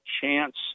chance